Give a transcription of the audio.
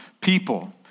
people